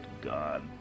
God